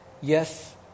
Yes